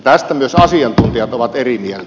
tästä myös asiantuntijat ovat eri mieltä